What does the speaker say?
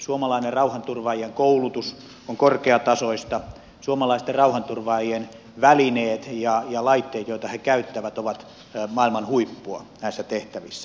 suomalainen rauhanturvaajien koulutus on korkeatasoista suomalaisten rauhanturvaajien välineet ja laitteet joita he käyttävät ovat maailman huippua näissä tehtävissä